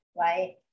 right